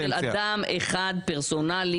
כאן מדובר על אדם אחד פרסונלי.